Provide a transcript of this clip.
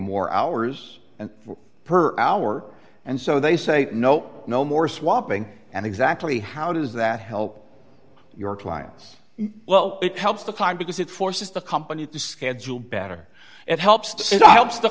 more hours and per hour and so they say no no more swapping and exactly how does that help your clients well it helps the client because it forces the company to schedule better it helps to helps the